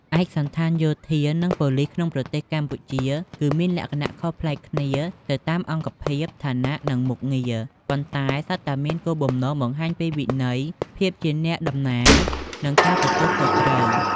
ឯកសណ្ឋានយោធា និងប៉ូលីសក្នុងប្រទេសកម្ពុជា គឺមានលក្ខណៈខុសប្លែកគ្នាទៅតាមអង្គភាព ឋានៈ និងមុខងារ ប៉ុន្តែសុទ្ធតែមានគោលបំណងបង្ហាញពីវិន័យ ភាពជាអ្នកតំណាង និងការទទួលខុសត្រូវ។